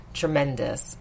tremendous